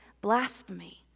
blasphemy